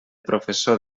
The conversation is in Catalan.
professor